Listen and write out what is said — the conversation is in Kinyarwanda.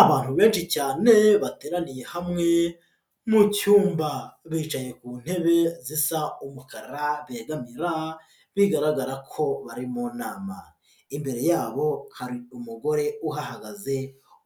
Abantu benshi cyane bateraniye hamwe mu cyumba bicaye ku ntebe zisa umukara begamira bigaragara ko bari mu nama, imbere yabo hari umugore uhagaze